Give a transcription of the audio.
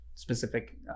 specific